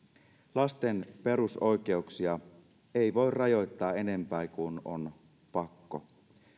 lasten perusoikeuksia ei voi rajoittaa enempää kuin on pakko